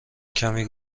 کمی